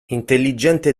intelligente